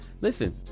Listen